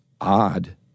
odd